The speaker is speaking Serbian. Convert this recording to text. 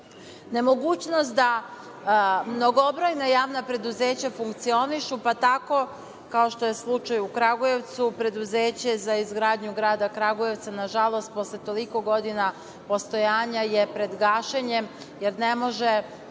nemogućnost da mnogobrojna javna preduzeća funkcionišu, pa tako, kao što je slučaj u Kragujevcu, preduzeće za izgradnju grada Kragujevca, nažalost, posle toliko godina postojanja je pred gašenjem, jer ne može